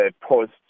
post